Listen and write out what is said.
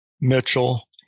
Mitchell